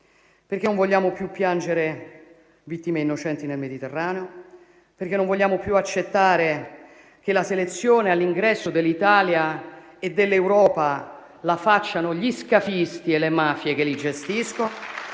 perché non vogliamo più piangere vittime innocenti nel Mediterraneo, perché non vogliamo più accettare che la selezione all'ingresso dell'Italia e dell'Europa la facciano gli scafisti e le mafie che li gestiscono